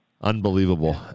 Unbelievable